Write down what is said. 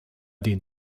den